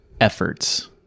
efforts